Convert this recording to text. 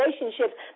relationships